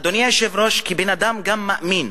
אדוני היושב-ראש, כאדם גם מאמין,